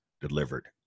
delivered